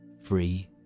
free